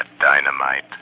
dynamite